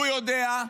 הוא יודע,